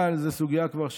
אבל זו סוגיה כבר שהיא,